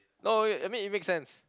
no wait I mean it make sense